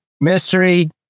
Mystery